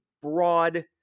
broad